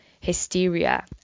hysteria